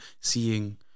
seeing